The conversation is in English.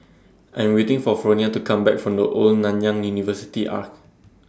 I Am waiting For Fronia to Come Back from The Old Nanyang University Arch